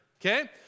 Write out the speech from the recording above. Okay